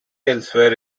elsewhere